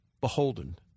beholden